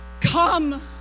come